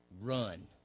run